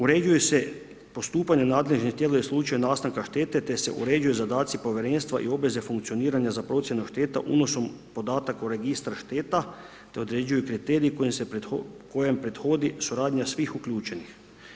Uređuju se postupanja nadležnih tijela u slučaju nastanaka štete te se uređuju zadaci povjerenstva i obveze funkcioniranja za procjenu šteta unosom podataka u Registar šteta te određuju kriteriji kojom prethodi suradnja svih uključenih.